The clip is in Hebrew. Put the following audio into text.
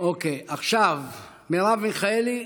עכשיו מרב מיכאלי,